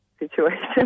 situation